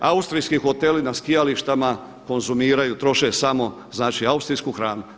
Austrijski hoteli na skijalištima konzumiraju, troše samo, znači austrijsku hranu.